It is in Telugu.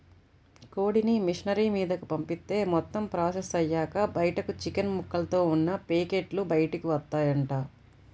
కోడిని మిషనరీ మీదకు పంపిత్తే మొత్తం ప్రాసెస్ అయ్యాక బయటకు చికెన్ ముక్కలతో ఉన్న పేకెట్లు బయటకు వత్తాయంట